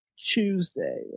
tuesday